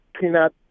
peanut